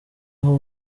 aho